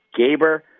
Gaber